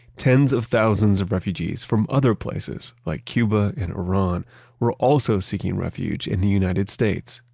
tens of thousands of refugees from other places like cuba and iran were also seeking refuge in the united states.